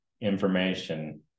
information